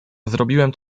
zrobiłem